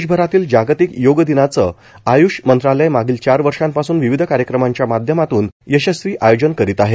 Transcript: देशभरातील जागतिक योग दिनाचं आय्श मंत्रालय मागील चार वर्षांपासून विविध कार्यक्रमांच्या माध्यमातून यषस्वी आयोजन करीत आहे